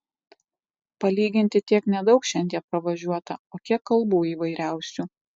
palyginti tiek nedaug šiandie pravažiuota o kiek kalbų įvairiausių